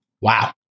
Wow